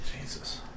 Jesus